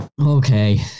Okay